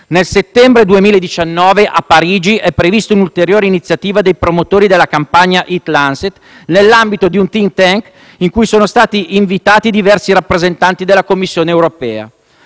di settembre 2019 a Parigi è prevista un'ulteriore iniziativa dei promotori della campagna Eat-Lancet nell'ambito di un *think tank* cui sono stati invitati diversi rappresentanti della Commissione europea.